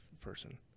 person